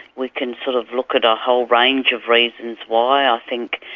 we can, sort of, look at a whole range of reasons why. i think,